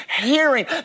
hearing